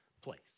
place